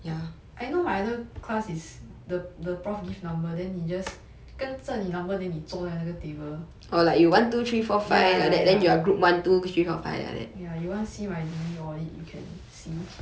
I know my other class is the the prof give number then 你你 just 跟着你 number then 你坐在那个 table ya ya ya you want see my degree audit you can see